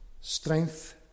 strength